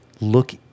look